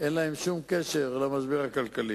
אין להן שום קשר למשבר הכלכלי.